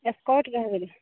scout भए गेलै